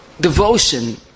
devotion